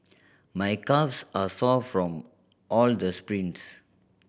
my calves are sore from all the sprints